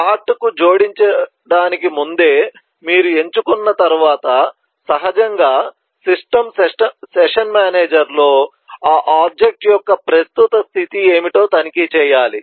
కార్ట్కు జోడించడానికి ముందే మీరు ఎంచుకున్న తర్వాత సహజంగా సిస్టమ్ సెషన్ మేనేజర్లో ఆ వస్తువు యొక్క ప్రస్తుత స్థితి ఏమిటో తనిఖీ చేయాలి